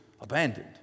abandoned